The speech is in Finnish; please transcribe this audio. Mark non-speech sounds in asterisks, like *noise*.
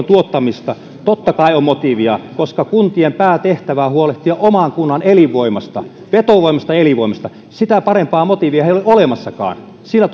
*unintelligible* tuottamista totta kai on motiivia koska kuntien päätehtävä on huolehtia oman kunnan elinvoimasta vetovoimaisesta elinvoimasta sitä parempaa motiivia ei ole olemassakaan sillä *unintelligible*